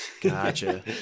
Gotcha